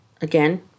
again